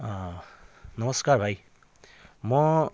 नमस्कार भाइ म